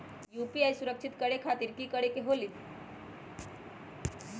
UPI सुरक्षित करे खातिर कि करे के होलि?